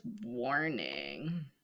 Warning